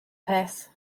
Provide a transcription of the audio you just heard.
peth